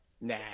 Nah